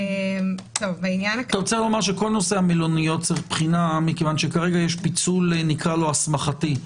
כל נושא המלוניות צריך בחינה כי כרגע יש פיצול הסמכתי,